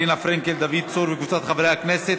רינה פרנקל ודוד צור וקבוצת חברי כנסת.